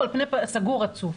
על פני סגור רצוף.